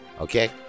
Okay